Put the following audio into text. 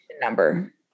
number